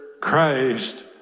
Christ